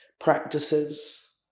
Practices